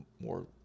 more